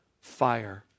fire